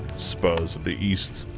spurs of the east.